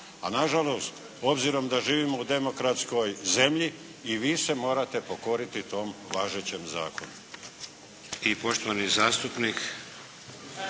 a nažalost obzirom da živimo u demokratskoj zemlji i vi se morate pokoriti tom važećem zakonu.